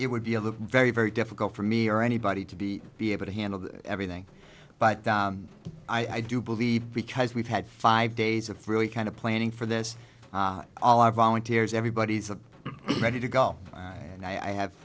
it would be of a very very difficult for me or anybody to be be able to handle everything but i do believe because we've had five days of really kind of planning for this all our volunteers everybody's a ready to go and i have